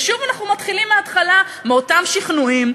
ושוב אנחנו מתחילים מההתחלה מאותם שכנועים.